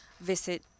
visit